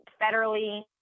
federally